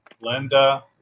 Linda